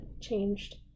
changed